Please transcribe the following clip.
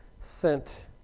sent